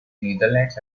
netherlands